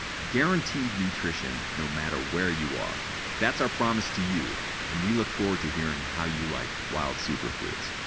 guaranteed nutrition no matter where you are that's our promise to you and we look forward to hearing how you like wild superfoods.